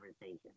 conversation